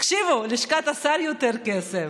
תקשיבו, לשכת שר עולה יותר כסף,